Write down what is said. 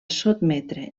sotmetre